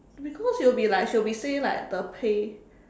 because you will be like she will be say like the pay